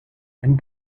and